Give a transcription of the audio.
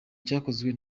gikozwe